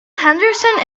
henderson